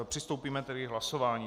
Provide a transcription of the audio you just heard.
Přistoupíme tedy k hlasování.